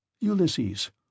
Ulysses